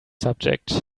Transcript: subject